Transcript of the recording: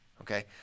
Okay